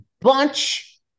bunch